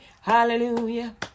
Hallelujah